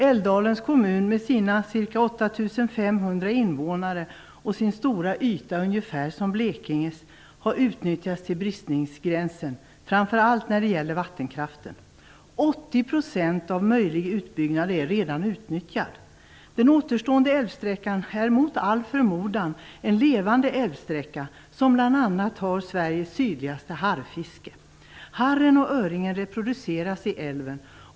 Älvdalens kommun med sina ca 8 500 invånare och sin stora yta, ungefär som Blekinges, har utnyttjats till bristningsgränsen, framför allt när det gäller vattenkraften. 80 % av möjlig utbyggnad är redan utnyttjad. Den återstående älvsträckan är mot all förmodan en levande älvsträcka, som bl.a. har Sveriges sydligaste harrfiske. Harren och öringen reproduceras i älven.